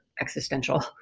existential